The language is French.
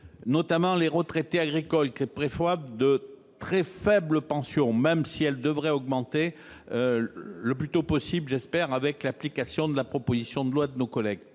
notamment les retraités agricoles, qui ont parfois de très faibles pensions, même si celles-ci devraient augmenter, le plus tôt possible, je l'espère, avec l'application de la proposition de loi de nos collègues.